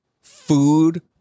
food